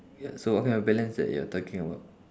ya so what kind of balance that you're talking about